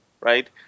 right